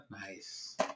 Nice